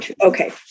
okay